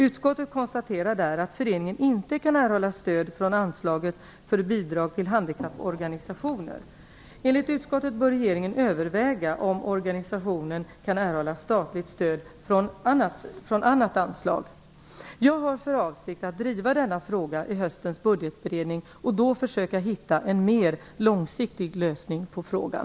Utskottet konstaterar där att föreningen inte kan erhålla stöd från anslaget för bidrag till handikapporganisationer. Enligt utskottet bör regeringen överväga om organisationen kan erhålla statligt stöd från annat anslag. Jag har för avsikt att driva denna fråga i höstens budgetberedning och då försöka hitta en mer långsiktig lösning på frågan.